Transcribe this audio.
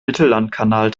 mittellandkanal